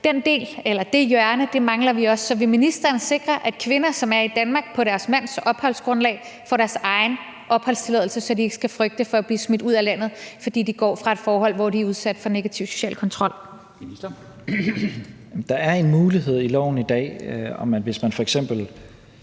Danmark. Det hjørne mangler vi også. Så vil ministeren sikre, at kvinder, som er i Danmark på deres mands opholdsgrundlag, får deres egen opholdstilladelse, så de ikke skal ikke frygte for at blive smidt ud af landet, fordi de går fra et forhold, hvor de er udsat for negativ social kontrol? Kl. 15:38 Formanden (Henrik Dam Kristensen):